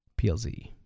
plz